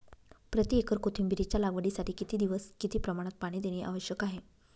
प्रति एकर कोथिंबिरीच्या लागवडीसाठी किती दिवस किती प्रमाणात पाणी देणे आवश्यक आहे?